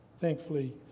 thankfully